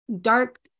dark